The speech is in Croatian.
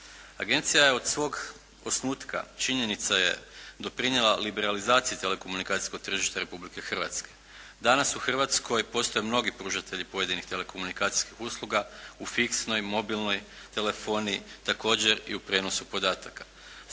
Agencija je od svog osnutka činjenica je doprinijela liberalizaciji telekomunikacijskog tržišta Republike Hrvatske. Danas u Hrvatskoj postoje mnogi pružatelji pojedinih telekomunikacijskih usluga u fiksnoj, mobilnoj telefoniji. Također i u prijenosu podataka.